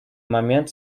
момент